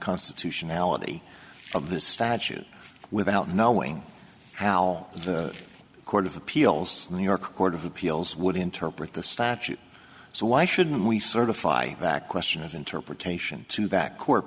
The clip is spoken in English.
constitutionality of the statute without knowing how the court of appeals in new york court of appeals would interpret the statute so why should we certify that question of interpretation to that court